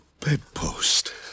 bedpost